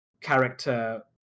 character